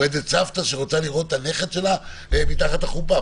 סבתא שרוצה לראות את הנכד שלה מתחת לחופה.